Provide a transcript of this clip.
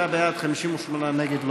57 בעד, 58 נגד.